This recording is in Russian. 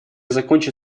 закончу